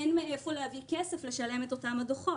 אין מאיפה להביא כסף לשלם את אותם הדוחות.